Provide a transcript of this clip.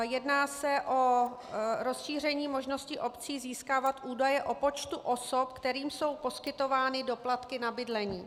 Jedná se o rozšíření možnosti obcí získávat údaje o počtu osob, kterým jsou poskytovány doplatky na bydlení.